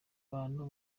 abantu